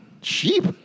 sheep